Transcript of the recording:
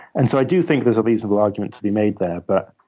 and so i do think there's a reasonable argument to be made there, but